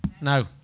No